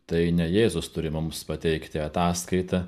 tai ne jėzus turi mums pateikti ataskaitą